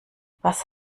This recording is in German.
was